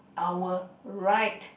our right